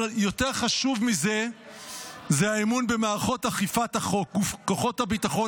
אבל יותר חשוב מזה האמון במערכות אכיפת החוק: כוחות הביטחון,